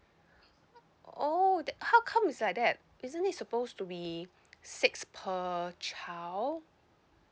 oh th~ okay how come is like that isn't it supposed to be six per child